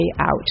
out